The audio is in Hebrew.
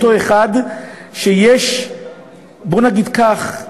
אותו אחד שבוא נגיד כך,